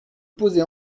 posez